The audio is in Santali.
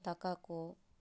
ᱫᱟᱠᱟᱠᱚ